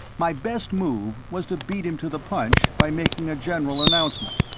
my best move was to beat him to the punch by making a general announcement,